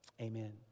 Amen